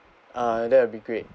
uh that would be great